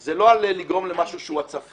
זה לא על לגרום למשהו שהוא הצפה,